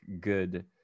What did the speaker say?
good